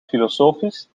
filosofisch